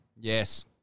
Yes